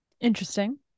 Interesting